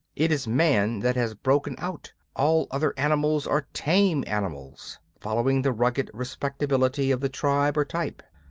it is man that has broken out. all other animals are tame animals following the rugged respectability of the tribe or type.